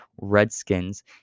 Redskins